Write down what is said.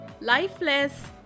lifeless